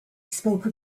spoke